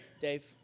Dave